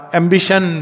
ambition